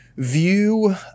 view